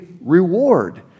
reward